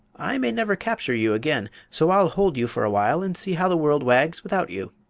i may never capture you again so i'll hold you for awhile and see how the world wags without you.